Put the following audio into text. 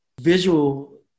visual